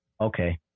Okay